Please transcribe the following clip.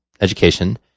education